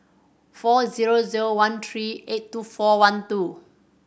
four zero zero one three eight two four one two